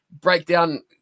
breakdown